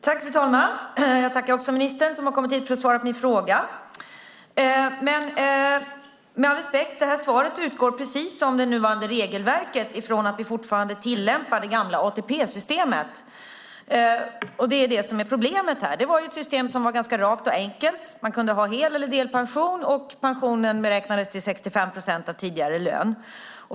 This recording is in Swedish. Fru talman! Jag tackar ministern som kommit hit för att svara på min fråga. Med all respekt - svaret utgår, precis som det nuvarande regelverket, från att vi fortfarande tillämpar det gamla ATP-systemet, vilket är problemet. Det var ett ganska rakt och enkelt system. Man kunde ha hel eller delpension, och pensionen beräknades till 65 procent av tidigare lön.